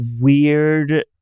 weird